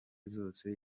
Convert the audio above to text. zose